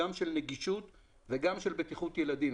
גם של נגישות וגם של בטיחות ילדים.